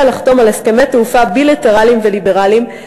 לחתום על הסכמי תעופה בילטרליים וליברליים,